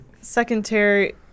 secondary